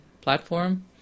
platform